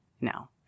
No